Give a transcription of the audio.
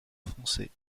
foncé